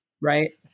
right